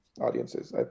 audiences